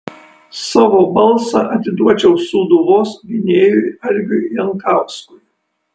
savo balsą atiduočiau sūduvos gynėjui algiui jankauskui